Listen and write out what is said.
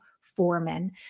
Foreman